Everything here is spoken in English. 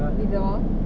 middle